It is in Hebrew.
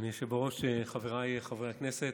אדוני היושב בראש, חבריי חברי הכנסת,